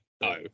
No